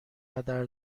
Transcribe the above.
هدر